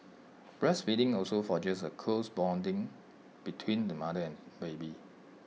breastfeeding also forges A close bonding between the mother and baby